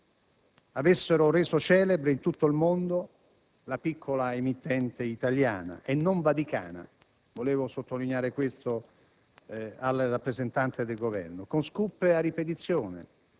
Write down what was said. avessero reso celebre in tutto il mondo la piccola emittente - italiana, non vaticana, vorrei sottolinearlo al rappresentante del Governo - con *scoop* a ripetizione,